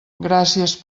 gràcies